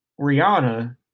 Rihanna